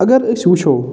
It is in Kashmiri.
اگر أسۍ وٕچھَو